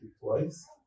twice